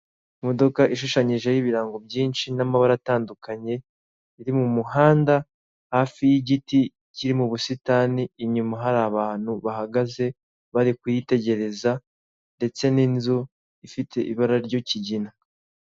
Imodoka ishushanyijeho ibirango byinshi n'amabara atandukanye, iri mumuhanda hafi y'igiti kiri mu busitani inyuma hari abantu bahagaze bari kuyitegereza ndetse n'inzu ifite ibara ry'ikigina.